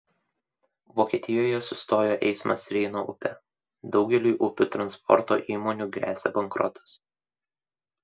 vokietijoje sustojo eismas reino upe daugeliui upių transporto įmonių gresia bankrotas